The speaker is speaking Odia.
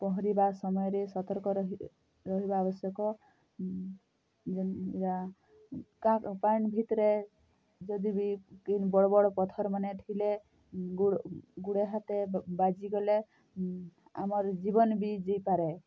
ପହଁରିବା ସମୟରେ ସତର୍କ ରହିବା ଆବଶ୍ୟକ ପାଣି ଭିତ୍ରେ ଯଦି ବି ବଡ଼୍ ବଡ଼୍ ପଥର୍ ମାନେ ଥିଲେ ଗୁଡ଼େ ଗୁଡ଼େ ହାତେ ବାଜିଗଲେ ଆମର୍ ଜୀବନ୍ ବି ଯାଇପାରେ